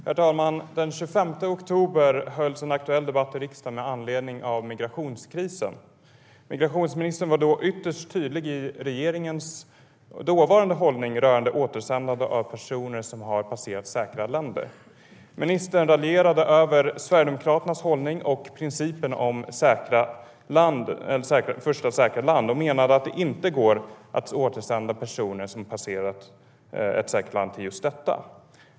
Herr talman! Den 25 september hölls en aktuell debatt i riksdagen med anledning av migrationskrisen. Migrationsministern var då ytterst tydlig med regeringens dåvarande hållning vad gäller återsändande av personer som har passerat säkra länder. Ministern raljerade över Sverigedemokraternas hållning och principen om första säkra land. Han menade att det inte går att återsända personer som har passerat ett säkert land till just detta.